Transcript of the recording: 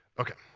ok,